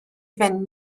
fynd